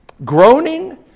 Groaning